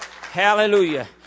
Hallelujah